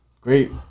great